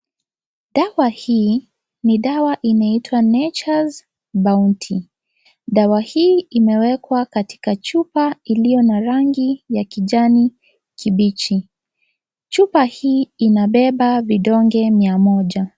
Dawa ni dawa inaitwa Natures Bounty dawa hii imewekwa katika chupa iliyo na rangi ya kijani kibichi. Chupa hii inabeba vidonge mia moja.